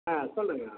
ஆ சொல்லுங்கள்